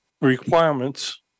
requirements